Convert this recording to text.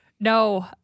No